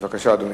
בבקשה, אדוני.